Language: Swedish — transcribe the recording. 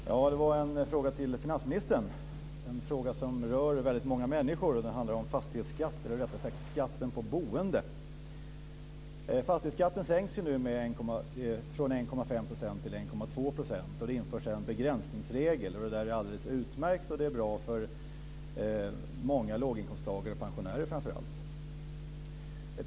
Fru talman! Jag har en fråga till finansministern. Det är en fråga som rör väldigt många människor och den handlar om fastighetsskatten, eller rättare sagt skatten på boendet. Fastighetsskatten sänks ju nu från 1,5 % till 1,2 %, och det införs en begränsningsregel. Det är alldeles utmärkt, och det är bra för många låginkomsttagare, framför allt för pensionärer.